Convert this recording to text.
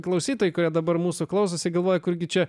klausytojai kurie dabar mūsų klausosi galvoja kurgi čia